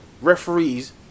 referees